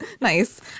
nice